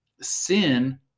sin